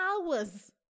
hours